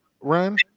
run